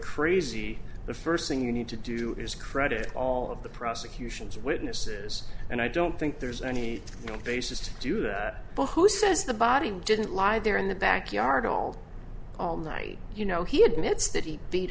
crazy the first thing you need to do is credit all of the prosecution's witnesses and i don't think there's any basis to do that but who says the body didn't lie there in the backyard all all night you know he admits that he beat